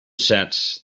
sets